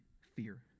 fear